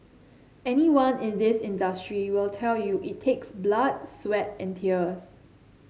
anyone in this industry will tell you it takes blood sweat and tears